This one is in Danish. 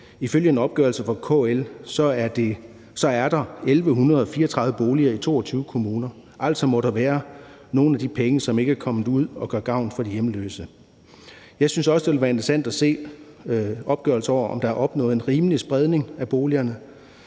Ifølge en opgørelse fra KL er der 1.134 boliger i 22 kommuner, altså må der være nogle af de penge, som ikke er kommet ud at gøre gavn for de hjemløse. Jeg synes også, det kunne være interessant at se en opgørelse over, om der er opnået en rimelig spredning af boligerne,